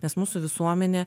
nes mūsų visuomenė